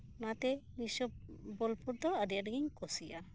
ᱚᱱᱟᱛᱮ ᱵᱤᱥᱥᱚ ᱵᱷᱟᱨᱚᱛᱤ ᱵᱳᱞᱯᱩᱨ ᱫᱚ ᱟᱹᱰᱤ ᱟᱸᱴᱜᱤᱧ ᱠᱩᱥᱤᱭᱟᱜ ᱟ